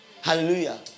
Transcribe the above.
Hallelujah